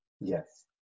Yes